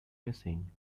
missing